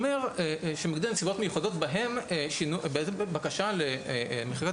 שמגדיר נסיבות מיוחדות בהן בקשה למחיקת